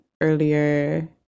earlier